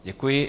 Děkuji.